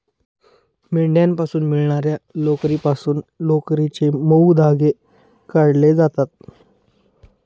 मेंढ्यांपासून मिळणार्या लोकरीपासून लोकरीचे मऊ धागे काढले जातात